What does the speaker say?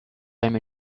time